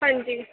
ਹਾਂਜੀ